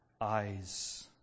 eyes